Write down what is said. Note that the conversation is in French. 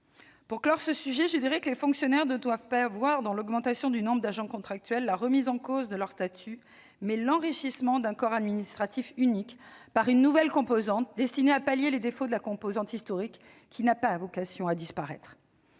Pour clore ce sujet, les fonctionnaires doivent envisager l'augmentation du nombre d'agents contractuels non comme la remise en cause de leur statut, mais comme l'enrichissement d'un corps administratif unique par une nouvelle composante destinée à pallier les défauts de la composante historique, laquelle n'a pas vocation à disparaître.